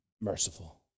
merciful